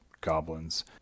goblins